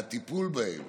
הטיפול בהם